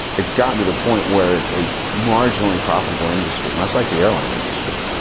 it's gotten to the point where it's a marginally profitable industry much like the airline industry,